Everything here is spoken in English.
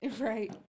Right